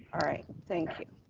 alright, thank you.